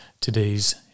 Today's